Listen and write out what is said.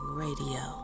radio